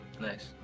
Nice